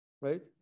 right